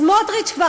סמוטריץ,